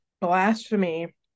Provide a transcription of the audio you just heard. blasphemy